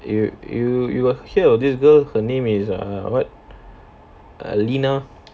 you you you got hear of this girl her name is err what lina